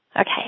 Okay